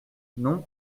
non